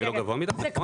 ולא גבוה מדי.